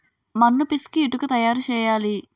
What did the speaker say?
మన్ను పిసికి ఇటుక తయారు చేయాలి